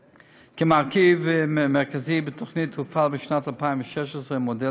כמרכיב מרכזי בתוכנית הופעל בשנת 2016 מודל